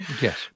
Yes